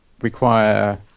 require